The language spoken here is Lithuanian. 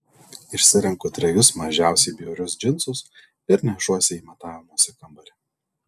išsirenku trejus mažiausiai bjaurius džinsus ir nešuosi į matavimosi kambarį